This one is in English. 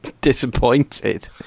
disappointed